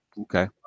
Okay